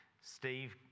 Steve